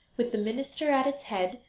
with the minister at its head,